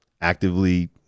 actively